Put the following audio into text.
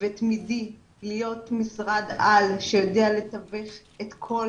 ותמידי להיות משרד-על שיודע לתווך את כל